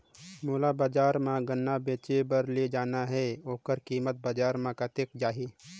मोला बजार मां गन्ना बेचे बार ले जाना हे ओकर कीमत बजार मां कतेक जाही?